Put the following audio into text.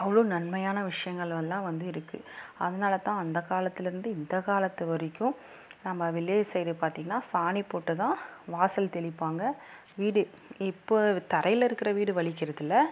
அவ்வளோ நன்மையான விஷயங்கள் எல்லாம் வந்து இருக்குது அதனால தான் அந்த காலத்துலேருந்து இந்த காலத்து வரைக்கும் நம்ம வில்லேஜ் சைடு பார்த்திங்கன்னா சாணி போட்டு தான் வாசல் தெளிப்பாங்க வீடு இப்போ தரையில் இருக்கிற வீடு வழிக்கிறது இல்லை